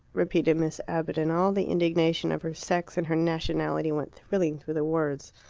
repeated miss abbott, and all the indignation of her sex and her nationality went thrilling through the words.